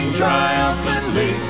triumphantly